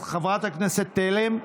חברת הכנסת תלם,